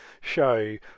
show